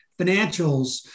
financials